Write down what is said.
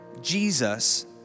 Jesus